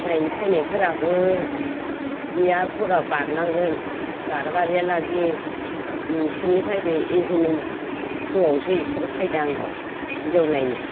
नायनो फैनायफोराबो इयारखरा बारनांगोन जाराबारि लागि इसोरनि एजेन्टनि थ्रुआवसो बिसोर फैदों आंनाव हिन्जाव नायनो